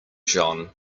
john